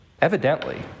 Evidently